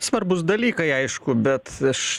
svarbūs dalykai aišku bet aš